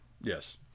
Yes